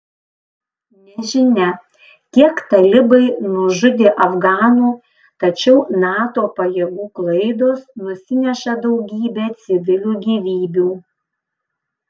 nežinia kiek talibai nužudė afganų tačiau nato pajėgų klaidos nusineša daugybę civilių gyvybių